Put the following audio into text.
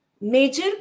Major